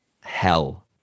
hell